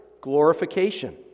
Glorification